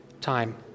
time